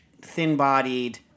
thin-bodied